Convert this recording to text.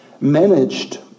managed